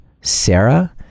Sarah